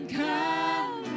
come